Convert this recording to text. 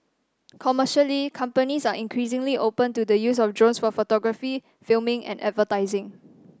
commercially companies are increasingly open to the use of drones for photography filming and advertising